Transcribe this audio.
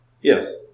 Yes